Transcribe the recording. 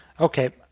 Okay